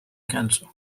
cancer